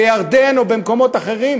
לירדן או למקומות אחרים,